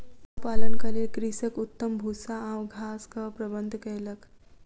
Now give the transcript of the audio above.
पशुपालनक लेल कृषक उत्तम भूस्सा आ घासक प्रबंध कयलक